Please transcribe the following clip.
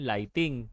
Lighting